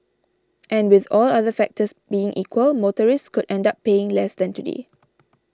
and with all other factors being equal motorists could end up paying less than today